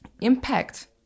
impact